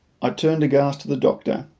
i turned aghast to the doctor,